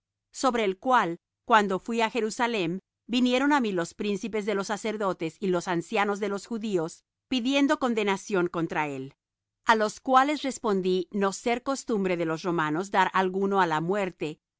sobre el cual cuando fuí á jerusalem vinieron á mí los príncipes de los sacerdotes y los ancianos de los judíos pidiendo condenación contra él a los cuales respondí no ser costumbre de los romanos dar alguno á la muerte